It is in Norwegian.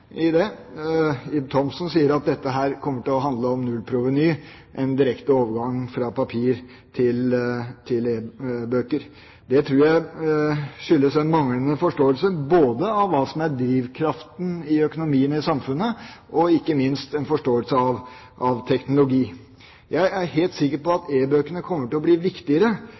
Ib Thomsen sier at dette kommer til å handle om null-proveny – en direkte overgang fra papir til e-bøker. Det tror jeg skyldes en manglende forståelse både av hva som er drivkraften i økonomien i samfunnet, og – ikke minst – en forståelse av teknologi. Jeg er helt sikker på at e-bøkene kommer til å bli viktigere,